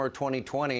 2020